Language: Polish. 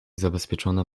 zabezpieczona